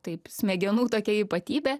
taip smegenų tokia ypatybė